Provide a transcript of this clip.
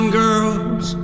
girls